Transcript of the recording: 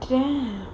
okay